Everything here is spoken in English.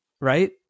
right